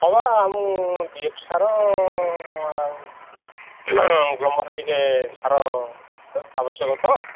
ହଁ ବା ମୁଁ ଡି ଏ ପି ସାର ଆଉ ଗ୍ରୋମର୍ ଟିକେ ସାର ଆବଶ୍ୟକ ତ